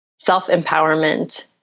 self-empowerment